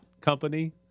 company